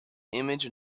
image